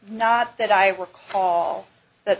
not that i recall that